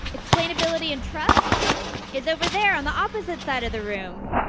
explainabilities and trust is over there on the opposite side of the room.